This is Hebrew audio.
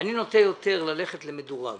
אני נוטה יותר ללכת למדורג